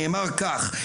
נאמר כך: